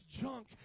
junk